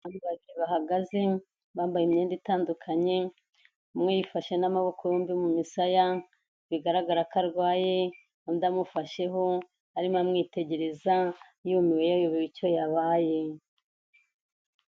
Abantu babiri ahagaze, bambaye imyenda itandukanye, umweyifashe n'amaboko yombi mu misaya, bigaragara ko arwaye, undi amufasheho arimo amwitegereza, yumiweyo yube icyo yabaye.